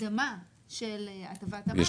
הקדמה של הטבת המס.